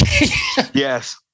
Yes